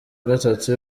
gatatu